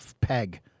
peg